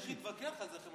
לא צריך להתווכח על זה.